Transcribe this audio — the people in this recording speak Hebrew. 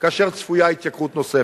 כאשר צפויה התייקרות נוספת.